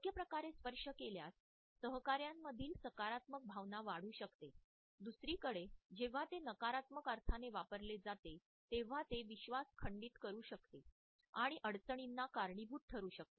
योग्यप्रकारे स्पर्श केल्यास सहकार्यांमधील सकारात्मक भावना वाढू शकते दुसरीकडे जेव्हा ते नकारात्मक अर्थाने वापरली जाते तेव्हा ते विश्वास खंडित करू शकते आणि अडचणींना कारणीभूत ठरू शकते